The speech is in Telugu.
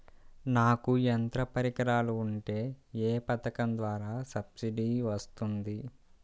నాకు యంత్ర పరికరాలు ఉంటే ఏ పథకం ద్వారా సబ్సిడీ వస్తుంది?